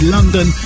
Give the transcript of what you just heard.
London